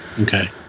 Okay